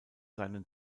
seinen